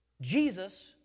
jesus